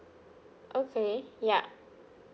okay yup